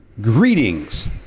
Greetings